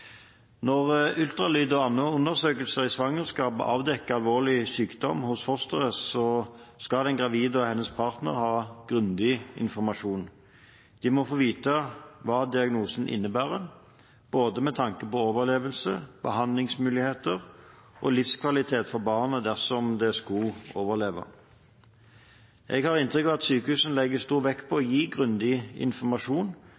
Når ultralyd og andre undersøkelser i svangerskapet avdekker alvorlig sykdom hos fosteret, skal den gravide og hennes partner ha grundig informasjon. De må få vite hva diagnosen innebærer, både med tanke på overlevelse, behandlingsmuligheter og livskvalitet for barnet dersom det skulle overleve. Jeg har inntrykk av at sykehusene legger stor vekt på